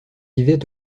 vivait